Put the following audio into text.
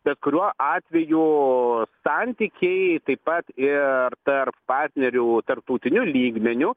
bet kuriuo atveju santykiai taip pat ir tarp partnerių tarptautiniu lygmeniu